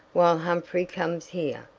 while humphrey comes here.